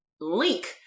link